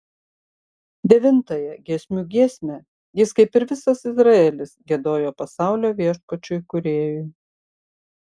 devintąją giesmių giesmę jis kaip ir visas izraelis giedojo pasaulio viešpačiui kūrėjui